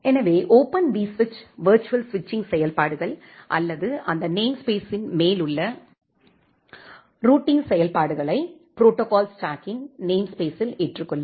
எனவே open விஸ்விட்ச் virtual ஸ்விட்சிங் செயல்பாடுகள் அல்லது அந்த நேம்ஸ்பேஸின் மேல் உள்ள ரூட்டிங் செயல்பாடுகளை ப்ரோடோகால் ஸ்டாக்கின் நேம்ஸ்பேஸில் ஏற்றுக்கொள்ளும்